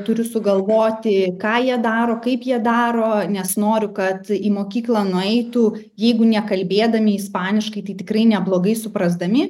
turiu sugalvoti ką jie daro kaip jie daro nes noriu kad į mokyklą nueitų jeigu nekalbėdami ispaniškai tai tikrai neblogai suprasdami